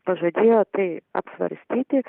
pažadėjo tai apsvarstyti